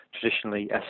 traditionally